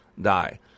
die